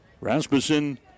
Rasmussen